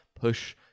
push